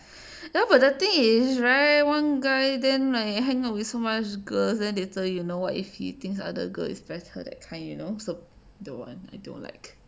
ya but the thing is right one guy then I hang out with so much girls then later you know what if he thinks other girl is best her that kind you know so the one I don't like